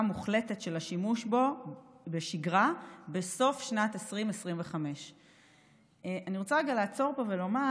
מוחלטת של השימוש בו בשגרה בסוף שנת 2025. אני רוצה רגע לעצור פה ולומר